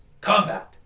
combat